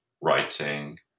writing